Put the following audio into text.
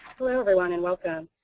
hello, everyone. and welcome.